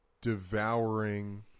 devouring